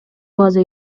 база